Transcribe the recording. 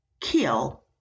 kill